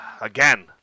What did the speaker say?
Again